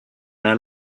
their